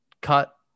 Cut